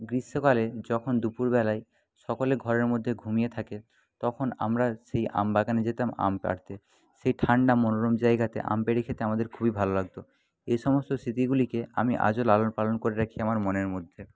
গ্রীষ্মকালে যখন দুপুরবেলায় সকলে ঘরের মধ্যে ঘুমিয়ে থাকে তখন আমরা সেই আমবাগানে যেতাম আমি পাড়তে সেই ঠান্ডা মনোরম জায়গাতে আম পেড়ে খেতে আমাদের খুবই ভালো লাগত এ সমস্ত স্মৃতিগুলিকে আমি আজও লালন পালন করে রাখি আমার মনের মধ্যে